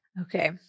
Okay